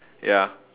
ya